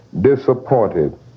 disappointed